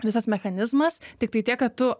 visas mechanizmas tiktai tiek kad tu